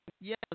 Yes